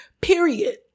period